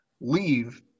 leave